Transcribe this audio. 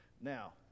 Now